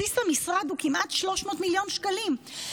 בסיס המשרד הוא כמעט 300 מיליון שקלים,